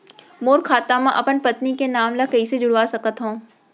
मोर खाता म अपन पत्नी के नाम ल कैसे जुड़वा सकत हो?